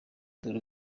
dore